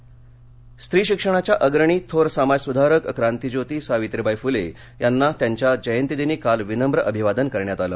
सावित्रीवाई फले स्त्री शिक्षणाच्या अग्रणी थोर समाजसुधारक क्रांतिज्योती सावित्रीबाई फुले यांना त्यांच्या जयंतिदिनी काल विनम्र अभिवादन करण्यात आलं